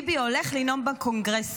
ביבי הולך לנאום בקונגרס,